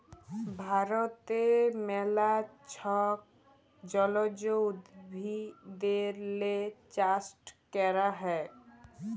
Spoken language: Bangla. ভারতে ম্যালা ছব জলজ উদ্ভিদেরলে চাষট ক্যরা হ্যয়